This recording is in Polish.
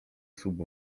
słup